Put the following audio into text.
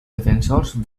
defensors